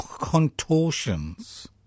contortions